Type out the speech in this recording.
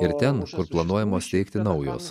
ir ten kur planuojamos steigti naujos